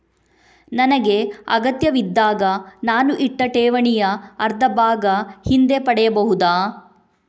ನನಗೆ ಅಗತ್ಯವಿದ್ದಾಗ ನಾನು ಇಟ್ಟ ಠೇವಣಿಯ ಅರ್ಧಭಾಗ ಹಿಂದೆ ಪಡೆಯಬಹುದಾ?